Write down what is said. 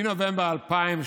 מנובמבר 2013